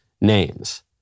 names